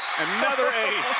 another ace.